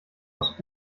aus